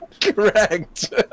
Correct